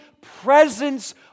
presence